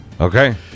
Okay